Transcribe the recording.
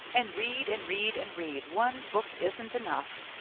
and read and read and read one book isn't enough.